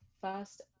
first